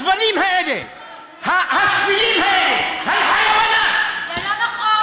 הזבלים האלה, זה לא נכון,